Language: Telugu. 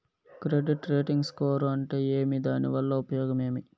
క్రెడిట్ రేటింగ్ స్కోరు అంటే ఏమి దాని వల్ల ఉపయోగం ఏమి?